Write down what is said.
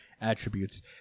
attributes